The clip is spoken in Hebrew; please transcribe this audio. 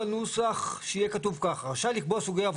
בנוסף לשטחי בנייה מאושרים שלא